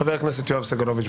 חבר הכנסת יואב סגלוביץ',